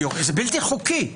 בלתי חוקי.